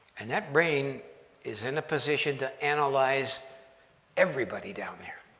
and that brain is in a position to analyze everybody down there.